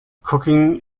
cooking